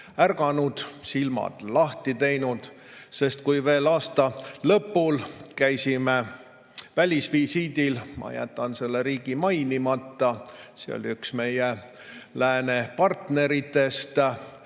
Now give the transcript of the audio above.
ärganud, silmad lahti teinud. Kui me veel [eelmise] aasta lõpul käisime ühel välisvisiidil – ma jätan selle riigi mainimata, see oli üks meie läänepartneritest